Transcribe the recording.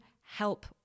help